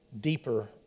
deeper